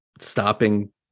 stopping